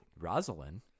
Rosalind